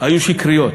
היו שקריות.